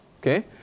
Okay